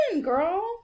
girl